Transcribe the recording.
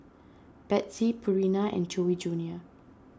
Betsy Purina and Chewy Junior